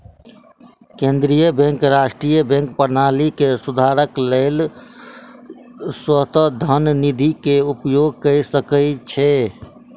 केंद्रीय बैंक राष्ट्रीय बैंक प्रणाली के सुधारक लेल स्वायत्त धन निधि के उपयोग कय सकै छै